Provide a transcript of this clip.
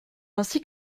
ainsi